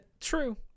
True